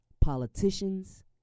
politicians